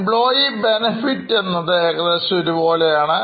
Employee benefits എന്നത് ഏകദേശം ഒരുപോലെയാണ്